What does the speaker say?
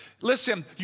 Listen